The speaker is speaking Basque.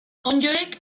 onddoek